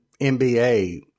NBA